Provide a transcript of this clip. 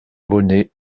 bonnet